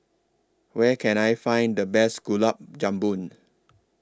Where Can I Find The Best Gulab